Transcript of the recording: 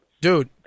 Dude